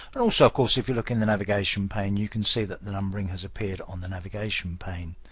and also, of course, if you look in the navigation pane, you can see that the numbering has appeared on the navigation pane.